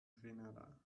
grenada